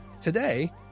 today